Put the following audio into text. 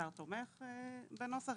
השר תומך בנוסח.